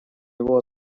его